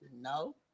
No